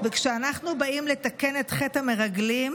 וכשאנחנו באים לתקן את חטא המרגלים,